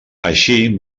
així